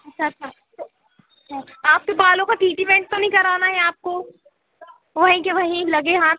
अच्छा अच्छा तो हाँ आपके बालों का टीटीवेंट तो नहीं कराना है आपको वहीं के वहीं लगे हाथ